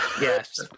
Yes